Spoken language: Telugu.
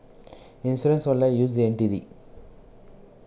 ఇన్సూరెన్స్ వాళ్ల యూజ్ ఏంటిది?